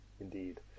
indeed